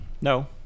No